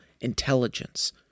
intelligence